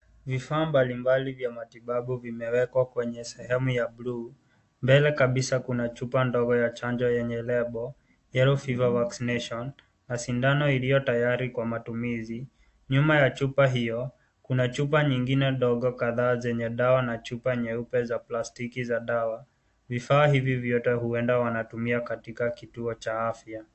Vifaa mbali mbali vya matibabu vimewekwa kwenye sehemu ya bluu ,mbele kabisa kuna chupa ndogo ya chanjo yenye lebo yellow fever vaccination na sindano iliyotayari kwa matumizi nyuma ya chupa hiyo kuna chupa nyingine ndogo kadhaa zenye dawa na chupa nyeupe za plastiki za dawa vifaa hivi vyote huenda wanatumia katika kituo cha afya.